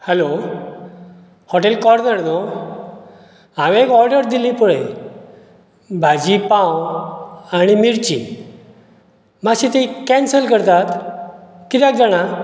hello hotel corner न्हू हांवें एक ऑर्डर दिल्ली पळय भाजी पांव आणी मिरची मातशें ती कैन्सल करतात कित्याक जाणां